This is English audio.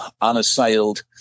unassailed